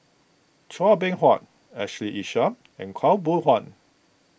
Chua Beng Huat Ashley Isham and Khaw Boon Wan